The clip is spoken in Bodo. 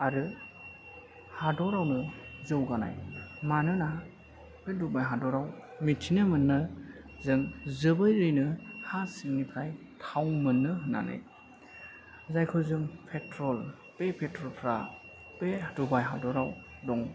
आरो हादरावनो जौगानाय मानोना बे दुबाय हादरआव मिथिनो मोनो जों जोबोरैनो हा सिंनिफ्राय थाव मोनो होन्नानै जायखौ जों पेट्रल बे पेट्रलफ्रा बे दुबाय हादरआव दं